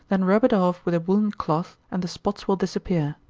then rub it off with a woollen cloth, and the spots will disappear.